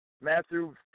Matthew